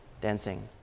dancing